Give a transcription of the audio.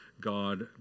God